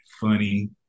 funny